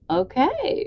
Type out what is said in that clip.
okay